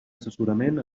assessorament